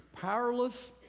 powerless